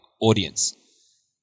audience